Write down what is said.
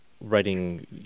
writing